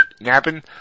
napping